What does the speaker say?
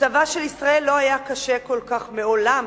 מצבה של ישראל לא היה קשה כל כך מעולם,